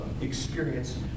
experience